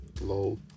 LOL